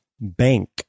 Bank